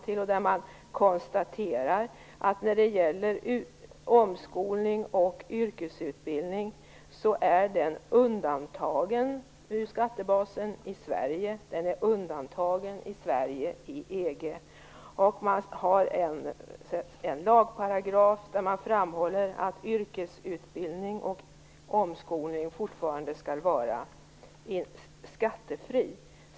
I den konstaterades att yrkesutbildning och omskolning är undantagna från skattebasen i Sverige och i EU. Det finns en lagparagraf där man framhåller att yrkesutbildning och omskolning fortfarande skall vara skattefri.